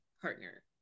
partner